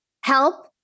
help